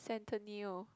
Centineo